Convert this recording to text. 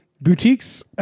boutiques